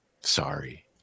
Sorry